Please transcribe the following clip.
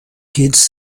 kids